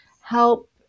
help